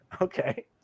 Okay